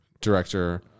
director